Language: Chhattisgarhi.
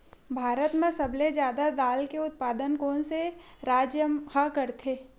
भारत मा सबले जादा दाल के उत्पादन कोन से राज्य हा करथे?